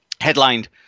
headlined